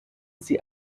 sie